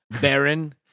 Baron